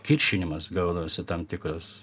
kiršinimas gaunasi tam tikras